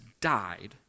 died